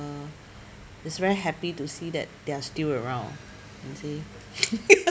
uh is very happy to see that they're still around you see